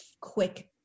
quick